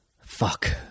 Fuck